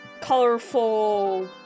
colorful